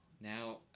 now